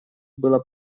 было